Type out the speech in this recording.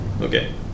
Okay